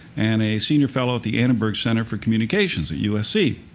and a senior fellow at the annenberg center for communications at usc.